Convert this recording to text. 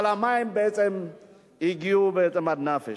אבל הגיעו מים עד נפש.